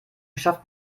schafft